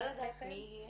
אפשר לדעת מי היא